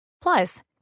Plus